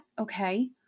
Okay